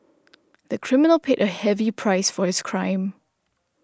the criminal paid a heavy price for his crime